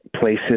places